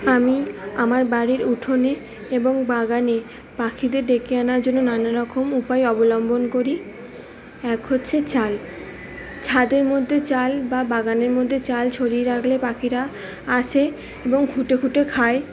আমি আমার বাড়ির উঠোনে এবং বাগানে পাখিদের ডেকে আনার জন্য নানারকম উপায় অবলম্বন করি এক হচ্ছে চাল ছাদের মধ্যে চাল বা বাগানের মধ্যে চাল ছড়িয়ে রাখলে পাখিরা আসে এবং খুঁটে খুঁটে খায়